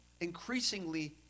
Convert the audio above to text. increasingly